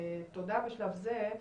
תודה בשלב זה.